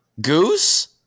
Goose